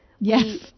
Yes